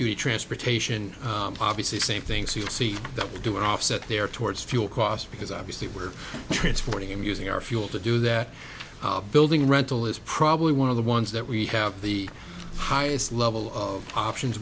the transportation obviously the same things you see that we do offset there towards fuel costs because obviously we're transporting him using our fuel to do that building rental is probably one of the ones that we have the highest level of options